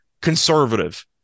conservative